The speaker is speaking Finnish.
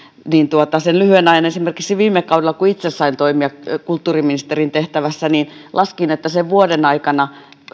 esimerkiksi sen lyhyen ajan viime kaudella kun itse sain toimia kulttuuriministerin tehtävässä sen vuoden aikana